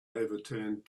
overturned